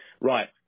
Right